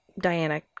Diana